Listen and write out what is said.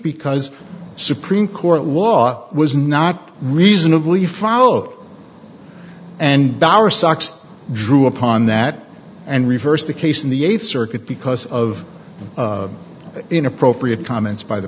because supreme court law was not reasonably followed and drew upon that and reversed the case in the eighth circuit because of the inappropriate comments by the